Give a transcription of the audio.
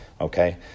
okay